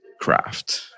craft